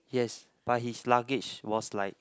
yes but his luggage was like